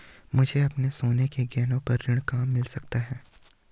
मुझे अपने सोने के गहनों पर ऋण कहाँ मिल सकता है?